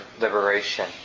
liberation